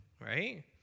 right